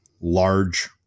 large